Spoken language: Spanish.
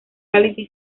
reality